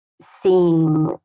seeing